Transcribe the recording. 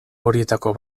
horietako